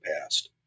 past